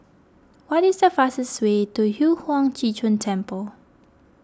what is the fastest way to Yu Huang Zhi Zun Temple